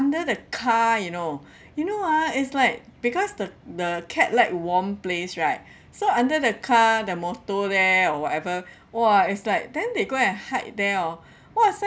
under the car you know you know ah it's like because the the catl ike warm place right so under the car the motor there or whatever !wah! it's like then they go and hide there oh !wah!